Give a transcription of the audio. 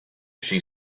she